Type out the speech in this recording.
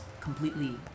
completely